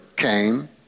came